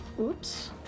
oops